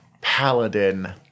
paladin